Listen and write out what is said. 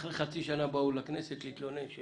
ואחרי חצי שנה באו לכנסת להתלונן.